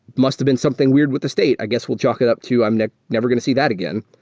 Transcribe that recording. must've been something weird with the state. i guess we'll jock it up to i'm never never get to see that again.